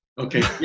Okay